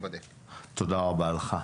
תודה רבה לך.